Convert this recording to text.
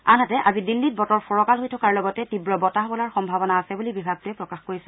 আনহাতে আজি দিল্লীত বতৰ ফৰকাল হৈ থকাৰ লগতে তীৱ বতাহ বলাৰ সম্ভাৱনা আছে বুলি বিভাগটোৱে প্ৰকাশ কৰিছে